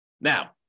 Now